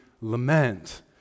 lament